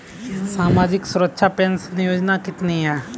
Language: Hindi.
सामाजिक सुरक्षा पेंशन योजना कितनी हैं?